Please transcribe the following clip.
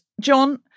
John